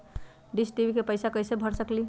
Dish TV के पैईसा कईसे भर सकली?